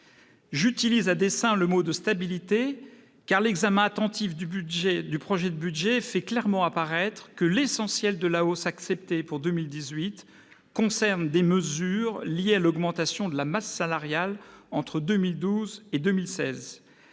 J'utilise à dessein le mot « stabilité », car l'examen attentif du projet de budget fait clairement apparaître que l'essentiel de la hausse acceptée pour 2018 concerne des mesures liées à l'augmentation de la masse salariale entre 2012 et 2016.